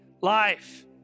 life